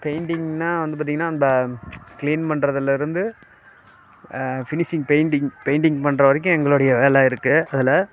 பெயிண்டிங்னால் வந்து பார்த்தீங்கன்னா நம்ம க்ளீன் பண்றதுலேருந்து ஃபினிஷிங் பெயிண்டிங் பெயிண்டிங் பண்ணுற வரைக்கும் எங்களோடைய வேலை இருக்குது அதில்